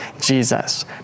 Jesus